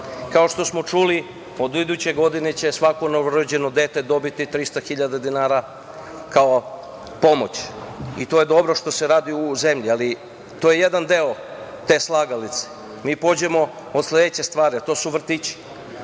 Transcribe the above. što smo čuli, od iduće godine će svako novorođeno dete dobiti 300 hiljada dinara kao pomoć, i to je dobro što se radi u zemlji, ali to je jedan deo te slagalice. Mi pođemo od sledeće stvari, a to su vrtići.